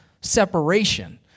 separation